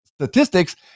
statistics